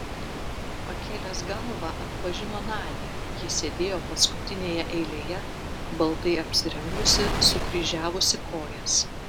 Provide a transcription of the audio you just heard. pakėlęs galvą atpažino nadią ji sėdėjo paskutinėje eilėje baltai apsirengusi sukryžiavusi kojas